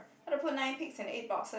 how to put nine pigs in eight boxes